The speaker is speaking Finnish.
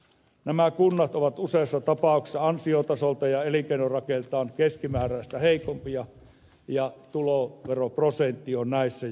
nämä kunnat ovat useassa tapauksessa ansiotasoltaan ja elinkeinorakenteeltaan keskimääräistä heikompia ja tuloveroprosentti on näissä jo korkeampi